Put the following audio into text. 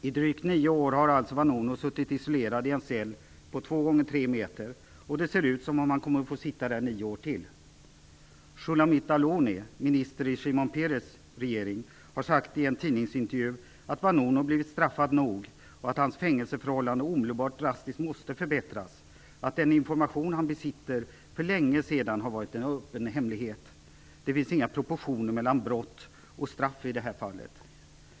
I drygt nio år har alltså Vanunu suttit isolerad i en cell på 2 x 3 meter, och det ser ut som om han kommer att få sitta där i nio år till. Shulamit Aloni, minister i Shimon Peres regering, har i en tidningsintervju sagt att Vanunu blivit straffad nog, att hans fängelseförhållanden omedelbart och drastiskt måste förbättras samt att den information han besitter för länge sedan har varit en öppen hemlighet. Det finns inga proportioner mellan brott och straff i det här fallet.